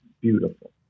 beautiful